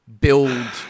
build